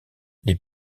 les